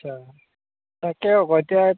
আচ্ছা তাকে আকৌ এতিয়া